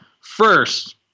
First